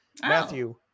Matthew